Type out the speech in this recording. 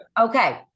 Okay